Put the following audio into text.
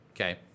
Okay